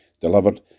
delivered